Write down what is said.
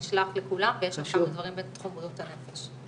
נשלח לכולם ויש גם כמה דברים בתחום בריאות הנפש.